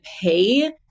pay